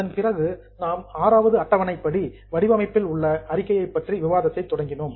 அதன்பிறகு நாம் VI வது அட்டவணைப்படி வடிவமைப்பில் உள்ள அறிக்கை பற்றிய விவாதத்தை தொடங்கினோம்